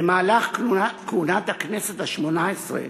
במהלך כהונת הכנסת השמונה-עשרה,